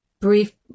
brief